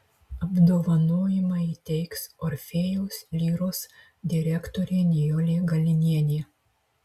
apdovanojimą įteiks orfėjaus lyros direktorė nijolė galinienė